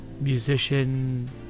musician